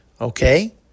Okay